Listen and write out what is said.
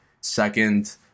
second